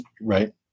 right